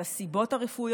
את הסיבות הרפואיות,